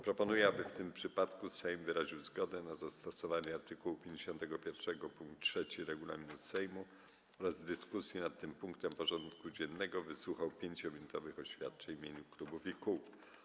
Proponuję, aby w tym przypadku Sejm wyraził zgodę na zastosowanie art. 51 pkt 3 regulaminu Sejmu oraz w dyskusji nad tym punktem porządku dziennego wysłuchał 5-minutowych oświadczeń w imieniu klubów i kół.